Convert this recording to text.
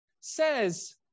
says